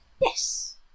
Yes